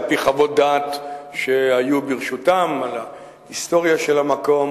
על-פי חוות דעת שהיו ברשותם על ההיסטוריה של המקום